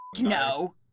No